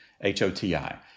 H-O-T-I